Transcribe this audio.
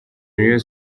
rayon